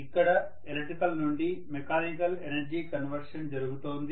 ఇక్కడ ఎలక్ట్రికల్ నుండి mechanical energy conversion జరుగుతోంది